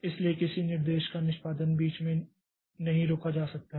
इसलिए किसी निर्देश का निष्पादन बीच में नहीं रोका जा सकता है